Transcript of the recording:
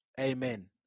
amen